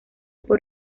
por